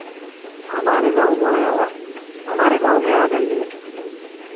हमारे गाँव में आ हमारे गाँव में आ जाइए